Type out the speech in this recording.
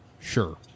Sure